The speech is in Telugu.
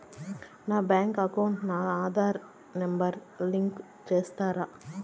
నా బ్యాంకు అకౌంట్ కు నా ఆధార్ నెంబర్ లింకు పెట్టి ఇస్తారా?